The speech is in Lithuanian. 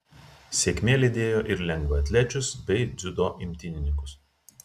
sėkmė lydėjo ir lengvaatlečius bei dziudo imtynininkus